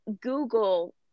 Google